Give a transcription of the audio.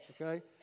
okay